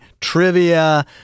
trivia